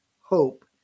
hope